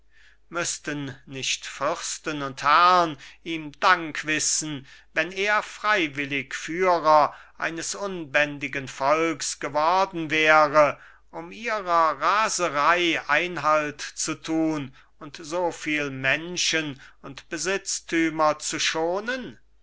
müßten nicht fürsten und herrn ihm dank wissen wenn er freiwillig führer eines unbändigen volks geworden wäre um ihrer raserei einhalt zu tun und so viel menschen und besitztümer zu schonen